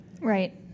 Right